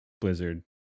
Blizzard